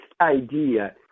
idea